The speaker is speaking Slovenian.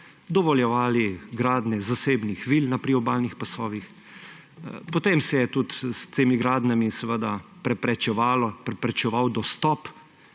dovoljevali gradnje zasebnih vil na priobalnih pasovih. Potem se je tudi s temi gradnjami seveda preprečeval dostop